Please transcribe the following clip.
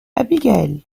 abigail